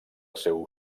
seu